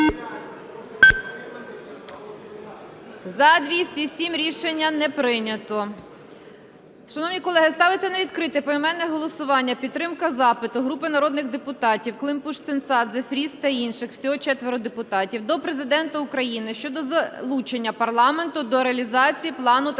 За-207 Рішення не прийнято. Шановні колеги, ставиться відкрите поіменне голосування підтримка запиту групи народних депутатів (Климпуш-Цинцадзе, Фріз та інших. Всього 4 депутатів) до Президента України щодо залучення парламенту до реалізації Плану трансформації